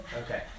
okay